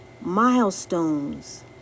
milestones